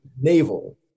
Naval